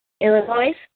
Illinois